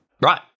Right